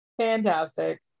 fantastic